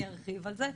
אני ארחיב על זה,